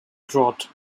drought